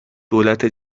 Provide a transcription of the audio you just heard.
دولت